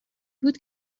بود